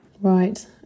Right